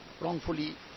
wrongfully